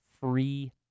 free